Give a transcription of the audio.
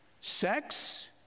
Sex